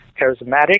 charismatic